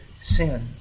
sin